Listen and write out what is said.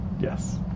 Yes